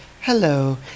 hello